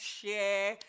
share